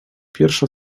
pierwsza